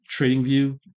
TradingView